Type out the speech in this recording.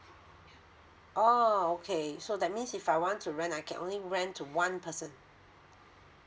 oh okay so that means if I want to rent I can only rent to one person